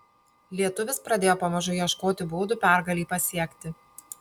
lietuvis pradėjo pamažu ieškoti būdų pergalei pasiekti